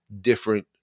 different